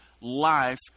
life